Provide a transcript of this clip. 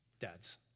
Dads